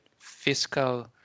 fiscal